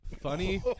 funny